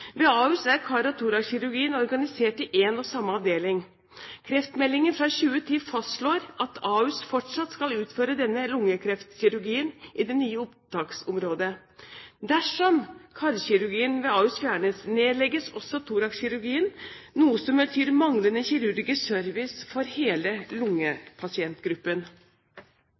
Ved Ahus er kar- og torakskirurgien organisert i en og samme avdeling. Kreftmeldingen fra 2010 fastslår at Ahus fortsatt skal utføre denne lungekreftkirurgien i det nye opptaksområdet. Dersom karkirurgien ved Ahus fjernes, nedlegges også torakskirurgien, noe som betyr manglende kirurgisk service for hele